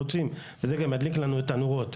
וזה גם ידליק לנו את הנורות,